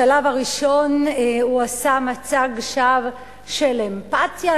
בשלב הראשון הוא עשה מצג שווא של אמפתיה,